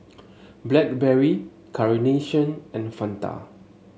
Blackberry Carnation and Fanta